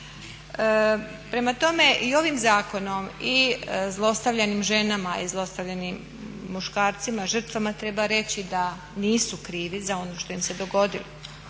Prema tome i ovim zakonom i zlostavljanim ženama i zlostavljanim muškarcima žrtvama treba reći da nisu krivi za ono što im se dogodilo.